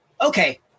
okay